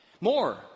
More